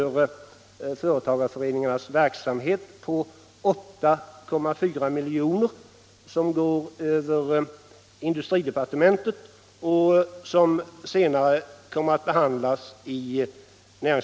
Men det är ju valår i år.